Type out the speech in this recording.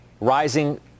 rising